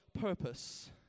purpose